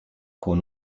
con